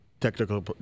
Technical